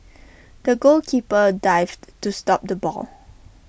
the goalkeeper dived to stop the ball